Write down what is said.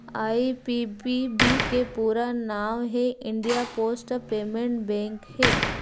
IPPB के पूरा नांव हे इंडिया पोस्ट पेमेंट बेंक हे